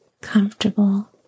comfortable